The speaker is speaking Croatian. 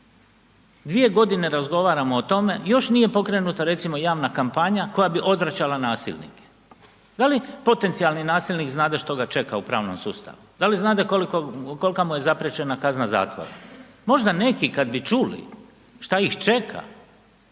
Dvije godine razgovaramo o tome još nije pokrenuta recimo javna kampanja koja bi odvraćala nasilnike. Da li potencijalni nasilni znade što ga čeka u pravnom sustavu? Da li znade kolika mu je zapriječena kazna zatvora? Možda neki kada bi čuli šta ih čeka